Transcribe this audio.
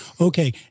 Okay